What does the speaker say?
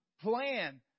plan